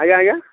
ଆଜ୍ଞା ଆଜ୍ଞା